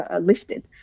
lifted